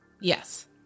Yes